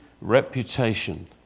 reputation